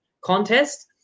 contest